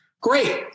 great